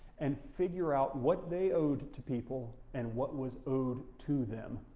and figure out what they owed to people and what was owed to them.